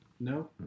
No